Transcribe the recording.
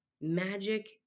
magic